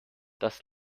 das